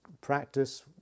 practice